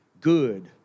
Good